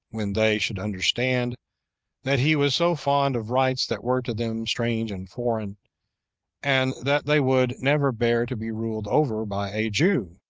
when they should understand that he was so fond of rites that were to them strange and foreign and that they would never bear to be ruled over by a jew.